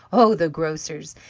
oh, the grocers'!